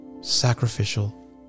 sacrificial